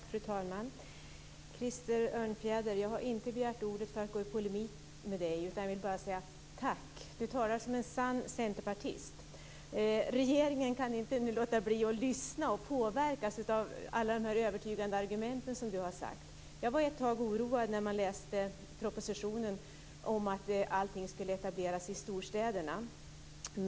Fru talman! Jag har inte begärt ordet för att gå i polemik med dig, Krister Örnfjäder. Jag vill bara säga: Tack! Du talar som en sann centerpartist. Regeringen kan nu inte låta bli att lyssna och påverkas av alla de övertygande argument som du har framfört. När jag läste propositionen var jag ett tag oroad att allting skulle etableras i storstäderna.